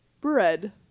bread